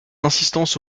insistance